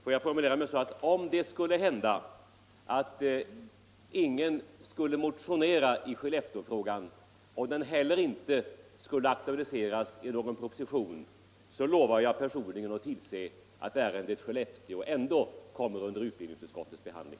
Låt mig formulera det så, att om det skulle inträffa att ingen motionerar i Skellefteåfrågan och den inte heller aktualiseras genom någon proposition, så lovar jag personligen att tillse att ärendet Skellefteå ändå kommer under utbildningsutskottets behandling.